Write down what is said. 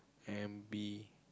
and be